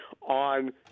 on